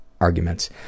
arguments